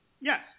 Yes